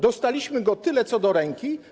Dostaliśmy go tyle co do ręki.